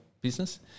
business